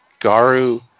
Garu